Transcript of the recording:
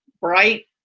bright